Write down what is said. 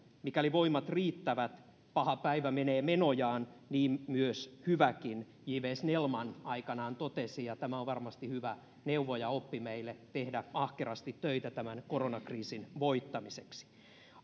mikäli voimat riittävät paha päivä menee menojaan niin kuin hyväkin j viiden snellman aikanaan totesi ja tämä on varmasti hyvä neuvo ja oppi meille tehdä ahkerasti töitä tämän koronakriisin voittamiseksi